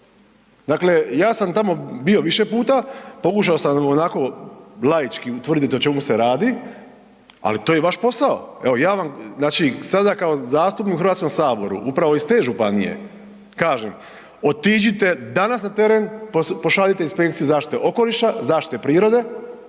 Dakle, ja sam tamo bio više puta, pokušao sam onako laički utvrdit o čemu se radi, ali to je vaš posao. Evo, ja vam, znači sada kao zastupnik u HS upravo iz te županije kažem, otiđite danas na teren, pošaljite inspekciju zaštite okoliša, zaštite prirode,